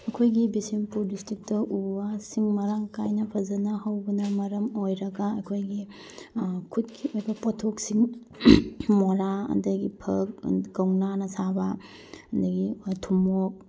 ꯑꯩꯈꯣꯏꯒꯤ ꯕꯤꯁꯦꯟꯄꯨꯔ ꯗꯤꯁꯇ꯭ꯔꯤꯛꯇ ꯎ ꯋꯥꯁꯤꯡ ꯃꯔꯥꯡ ꯀꯥꯏꯅ ꯐꯖꯅ ꯍꯧꯕꯅ ꯃꯔꯝ ꯑꯣꯏꯔꯒ ꯑꯩꯈꯣꯏꯒꯤ ꯈꯨꯠꯀꯤ ꯑꯣꯏꯕ ꯄꯣꯠꯊꯣꯛꯁꯤꯡ ꯃꯣꯔꯥ ꯑꯗꯒꯤ ꯐꯛ ꯀꯧꯅꯥꯅ ꯁꯥꯕ ꯑꯗꯒꯤ ꯊꯨꯃꯣꯛ